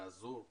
באזור,